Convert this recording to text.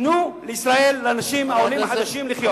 תנו לאנשים העולים החדשים לחיות.